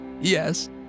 Yes